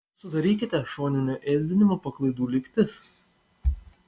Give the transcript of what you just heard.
sudarykite šoninio ėsdinimo paklaidų lygtis